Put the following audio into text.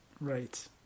Right